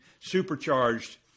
supercharged